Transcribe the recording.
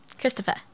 Christopher